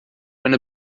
eine